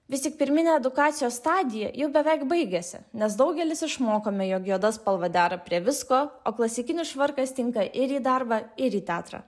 vistik pirminė edukacijos stadija jau beveik baigėsi nes daugelis išmokome jog juoda spalva dera prie visko o klasikinis švarkas tinka ir į darbą ir į teatrą